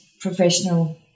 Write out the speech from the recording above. professional